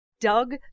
Doug